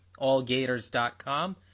allgators.com